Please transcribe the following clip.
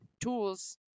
tools